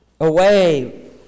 away